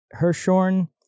Hershorn